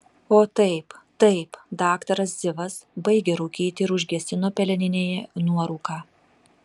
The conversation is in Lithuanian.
o taip taip daktaras zivas baigė rūkyti ir užgesino peleninėje nuorūką